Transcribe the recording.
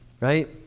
right